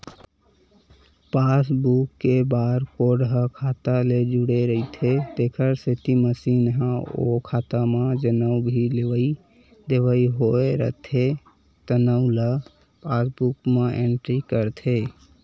passbook के barcode ह खाता ले जुड़े रहिथे तेखर सेती मसीन ह ओ खाता म जउन भी लेवइ देवइ होए रहिथे तउन ल पासबूक म एंटरी करथे